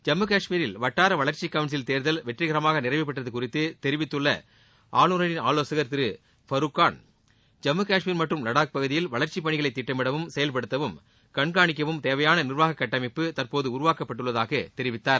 ஜம்மு காஷ்மீரில் வட்டார வளர்ச்சி கவுன்சில் தேர்தல் வெற்றிகரமாக நிறைவுபெற்றது குறித்து தெரிவித்துள்ள ஆளுநரின் ஆலோசகர் திரு ஃபருக் கான் ஜம்மு காஷ்மீர் மற்றும் வடாக் பகுதியில் வளர்ச்சி பணிகளை திட்டமிடவும் செயல்படுத்தவும் கண்காணிக்கவும் தேவையான நிர்வாக கட்டமைப்பு தற்போது உருவாக்கப்பட்டுள்ளதாக தெரிவித்தார்